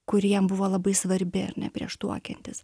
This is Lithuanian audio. kuri jam buvo labai svarbi ar ne prieš tuokiantis